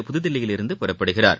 புதுதில்லியிலிருந்து புறப்படுகிறார்